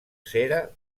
cera